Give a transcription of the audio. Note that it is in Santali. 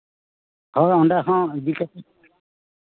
ᱦᱮᱸ ᱚᱸᱰᱮ ᱦᱚᱸ ᱤᱫᱤ ᱠᱟᱛᱮᱫ